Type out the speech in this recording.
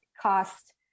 cost